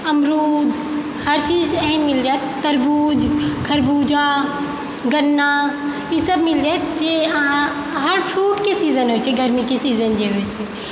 अमरुद हर चीज एहन मिल जायत तरबूज खरबूजा गन्ना ईसभ मिल जायत जे अहाँ हर फ्रूटके सीजन होयत छै गर्मीके सीजन जे होयत छै